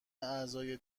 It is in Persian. اعضای